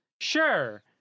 sure